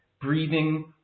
breathing